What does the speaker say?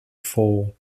fall